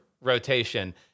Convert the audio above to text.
rotation